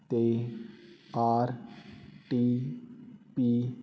'ਤੇ R T ਪੀ